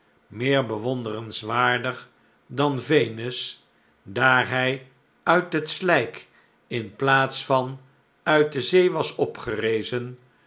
meer bewonderenswaardig clan venus daar hij uit het slijk in plaats van uit de zee was opgerezen